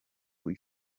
w’i